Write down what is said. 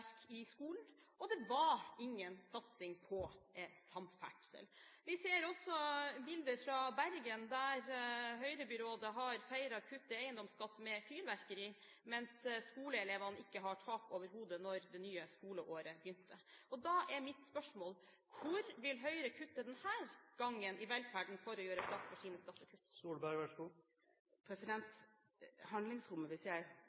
lærerårsverk i skolen, og det var ingen satsing på samferdsel. Vi ser også bilder fra Bergen, der høyrebyrådet har feiret kutt i eiendomsskatt med fyrverkeri, mens skoleelevene ikke hadde tak over hodet da det nye skoleåret begynte. Da er mitt spørsmål: Hvor vil Høyre kutte denne gangen i velferden for å gjøre plass for sine skattekutt? Handlingsrommet – med forbehold, jeg